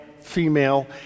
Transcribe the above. female